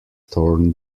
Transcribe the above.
torn